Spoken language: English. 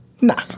Nah